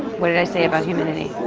what did i say about humidity?